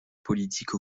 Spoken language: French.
politique